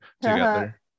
together